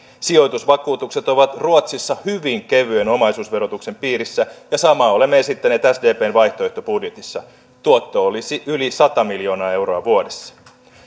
sijoitusvakuutukset ovat ruotsissa hyvin kevyen omaisuusverotuksen piirissä ja samaa olemme esittäneet sdpn vaihtoehtobudjetissa tuotto olisi yli sata mil joonaa euroa vuodessa